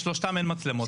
בשלושתם אין מצלמות.